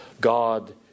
God